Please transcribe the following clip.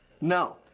No